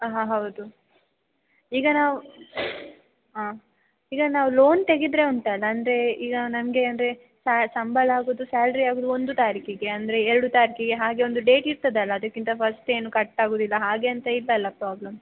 ಆಂ ಹೌದು ಈಗ ನಾವು ಆಂ ಈಗ ನಾವು ಲೋನ್ ತೆಗೆದ್ರೆ ಉಂಟಲ್ವ ಅಂದ್ರೆ ಈಗ ನನಗೆ ಅಂದರೆ ಸಂಬಳ ಆಗುವುದು ಸ್ಯಾಲ್ರಿ ಆಗುವುದು ಒಂದು ತಾರೀಖಿಗೆ ಅಂದರೆ ಎರಡು ತಾರೀಖಿಗೆ ಹಾಗೆ ಒಂದು ಡೇಟ್ ಇರ್ತದಲ್ಲ ಅದಕ್ಕಿಂತ ಫಸ್ಟ್ ಏನು ಕಟ್ಟಾಗುವುದಿಲ್ಲ ಹಾಗೆ ಎಂಥ ಇಲ್ವಲ್ಲ ಪ್ರಾಬ್ಲಮ್